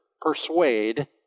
persuade